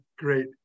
great